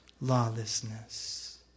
lawlessness